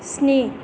स्नि